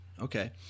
Okay